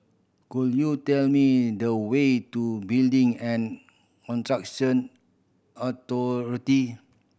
could you tell me the way to Building and Construction Authority